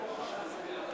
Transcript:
שרים,